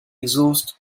exhaust